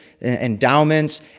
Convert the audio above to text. endowments